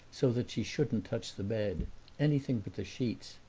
so that she shouldn't touch the bed anything but the sheets.